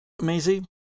Maisie